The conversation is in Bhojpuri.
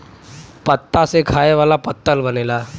पत्ता से खाए वाला पत्तल बनेला